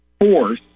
force